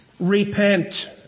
Repent